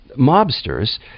mobsters